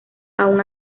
aun